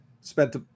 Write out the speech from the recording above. spent